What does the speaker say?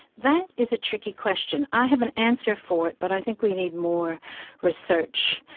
that is a tricky question. i have an answer for it, but i think we need more research.